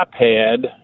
iPad